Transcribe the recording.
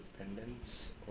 independence